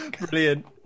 Brilliant